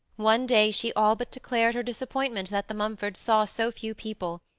one day she all but declared her disappointment that the mumfords saw so few people.